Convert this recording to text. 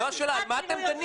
זו השאלה, על מה אתם דנים?